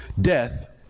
Death